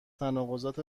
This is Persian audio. تناقضات